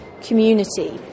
community